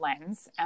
lens